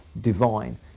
divine